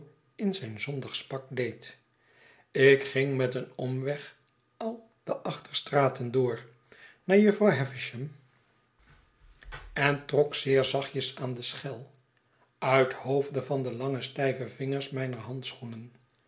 in zijn zondagspak deed ik ging met een omweg al de achterstraten door naar jufvrouw havisham en trok zeer zachtjes aan de schel nit hoofde van de lange stijve vingers myner handscboenen